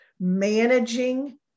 Managing